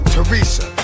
Teresa